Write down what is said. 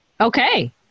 Okay